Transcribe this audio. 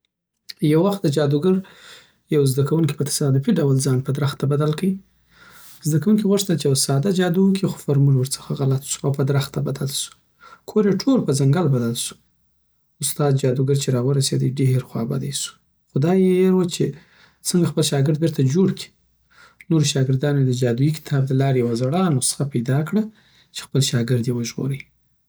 یو وخت د جادوګر یوه زده کوونکی په تصادفي ډول ځان په درخته بدل کی زده کوونکی غوښتل یو ساده جادو وکی، خو فورمول یی ورڅخه غلط سو او په درخته بدل سو کور یی ټول په ځنکل بدل سو استاد جادوګر چې راورسېدی ډېر خوابدی سو خو دا یی هیر وو چی څنکه خپل شاګرد بیرته جوړ کړی نورو شاګردانو یی د جادويي کتاب له لارې یوه زړه نسخه ېې پیدا کړه چی خپل شاګرد یی وژغوری